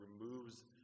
removes